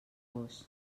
gos